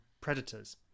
predators